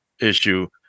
issue